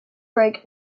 break